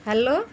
hello